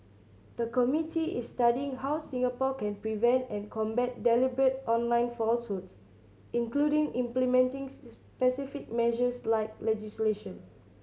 the committee is studying how Singapore can prevent and combat deliberate online falsehoods including implementing specific measures like legislation